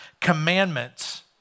commandments